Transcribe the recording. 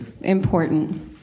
important